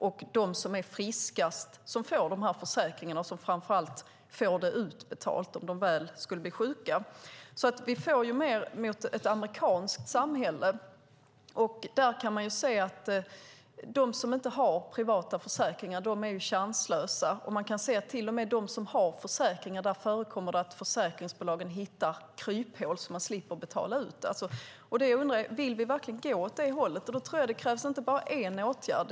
Det är de som är friskast som får dessa försäkringar och som framför allt får det utbetalt om de väl blir sjuka. Vi får mer ett amerikanskt samhälle. Där kan man se att de som inte har privata försäkringar är chanslösa. Till och med för dem som har försäkringar förekommer det att försäkringsbolagen hittar kryphål så att så att de slipper betala ut. Jag undrar: Vill vi verkligen gå åt det hållet? Det krävs inte bara en åtgärd.